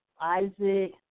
Isaac